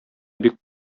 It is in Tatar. бик